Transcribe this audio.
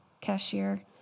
cashier